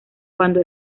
cuando